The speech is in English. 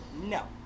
No